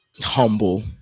humble